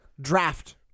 draft